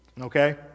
okay